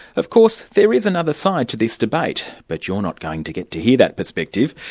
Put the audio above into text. of course there is another side to this debate, but you're not going to get to hear that perspective.